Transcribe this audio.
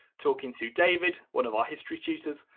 talking to david, one of our history tutors,